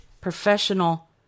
professional